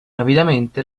rapidamente